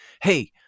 Hey